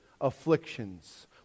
afflictions